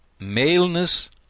maleness